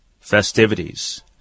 festivities